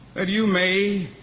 that you may